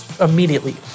immediately